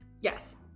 Yes